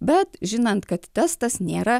bet žinant kad testas nėra